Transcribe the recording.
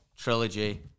trilogy